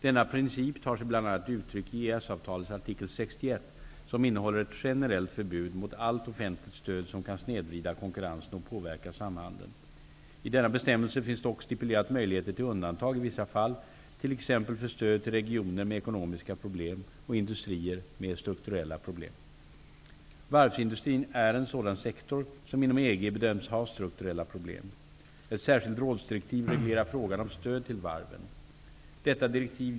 Denna princip tar sig bl.a. uttryck i EES-avtalets artikel 61, som innehåller ett generellt förbud mot allt offentligt stöd som kan snedvrida konkurrensen och påverka samhandeln. I denna bestämmelse finns dock stipulerat möjligheter till undantag i vissa fall, t.ex. Varvsindustrin är en sådan sektor som inom EG bedömts ha strukturella problem. Ett särskilt rådsdirektiv reglerar frågan om stöd till varven.